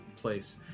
place